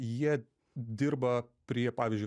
jie dirba prie pavyzdžiui